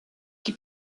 qui